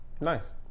Nice